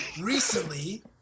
recently